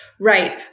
Right